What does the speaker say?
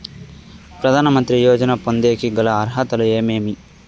ప్రధాన మంత్రి యోజన పొందేకి గల అర్హతలు ఏమేమి?